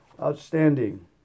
Outstanding